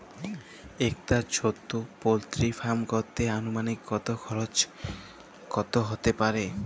একটা ছোটো poultry farm করতে আনুমানিক কত খরচ কত হতে পারে?